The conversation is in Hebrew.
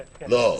כן.